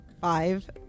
Five